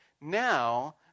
now